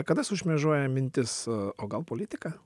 kada sušmėžuoja mintis o gal politika